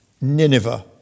Nineveh